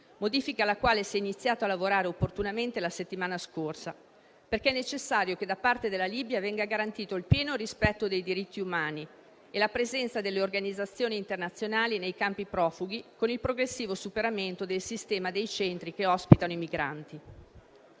modifica si è iniziato a lavorare opportunamente la settimana scorsa, perché è necessario che, da parte della Libia, venga garantito il pieno rispetto dei diritti umani e la presenza delle organizzazioni internazionali nei campi profughi, con il progressivo superamento del sistema dei centri che ospitano i migranti.